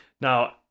Now